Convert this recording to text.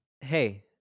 Hey